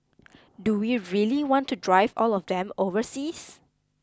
do we really want to drive all of them overseas